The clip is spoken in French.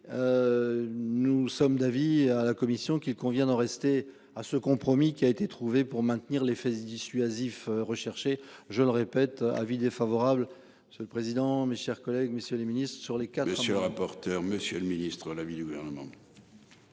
Nous sommes d'avis à la commission qu'il convient d'en rester à ce compromis qui a été trouvée pour maintenir les fesses dissuasif recherché, je le répète, avis défavorable, c'est le président, mes chers collègues, messieurs les Ministres sur les. Car messieurs rapporteur Monsieur le Ministre, l'avis du gouvernement.